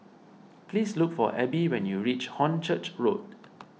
please look for Abe when you reach Hornchurch Road